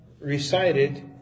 recited